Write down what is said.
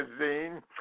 Magazine